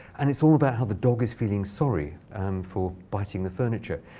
and it's all about how the dog is feeling sorry and for biting the furniture.